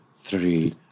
three